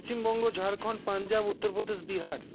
Paschimbanga Jharkhand Punjab Uttar Pradesh Bihar